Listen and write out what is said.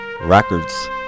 Records